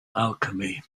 alchemy